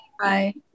Bye